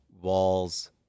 walls